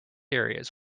areas